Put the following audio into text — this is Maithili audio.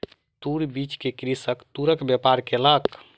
तूर बीछ के कृषक तूरक व्यापार केलक